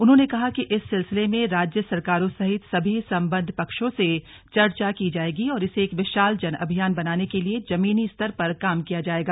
उन्होंने कहा कि इस सिलसिले में राज्य सरकारों सहित सभी संबद्ध पक्षों से चर्चा की जायेगी और इसे एक विशाल जन अभियान बनाने के लिए जमीनी स्तर पर काम किया जायेगा